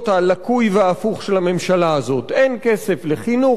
הלקוי וההפוך של הממשלה הזאת: אין כסף לחינוך,